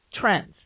trends